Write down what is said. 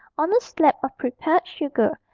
on a slab of prepared sugar,